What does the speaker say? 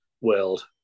world